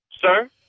Sir